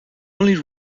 only